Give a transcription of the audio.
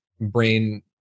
brain